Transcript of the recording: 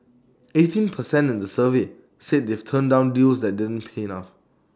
eighteen per cent in the survey said they've turned down deals that didn't pay enough